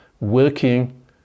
working